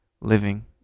living